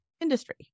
industry